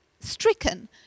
stricken